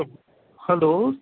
hello